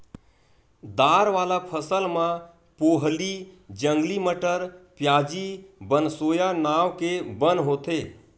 दार वाला फसल म पोहली, जंगली मटर, प्याजी, बनसोया नांव के बन होथे